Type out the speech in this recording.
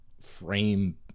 frame